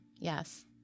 Yes